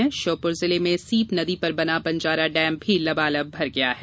उधर श्योपुर जिले में सीप नदी पर बना बंजारा डेम लबालब भर गया है